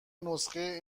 نسخه